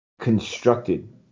constructed